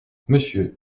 monsieur